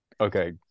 okay